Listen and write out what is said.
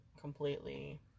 completely